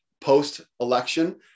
post-election